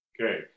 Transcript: Okay